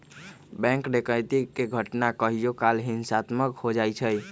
bank डकैती के घटना कहियो काल हिंसात्मको हो जाइ छइ